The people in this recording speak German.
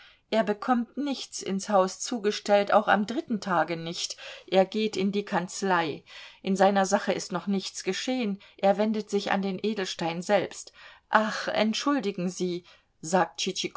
er bekommt nichts ins haus zugestellt auch am dritten tage nicht er geht in die kanzlei in seiner sache ist noch nichts geschehen er wendet sich an den edelstein selbst ach entschuldigen sie sagt